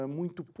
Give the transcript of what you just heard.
muito